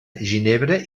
ginebra